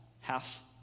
half